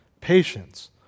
Patience